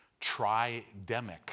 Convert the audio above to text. tridemic